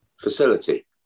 facility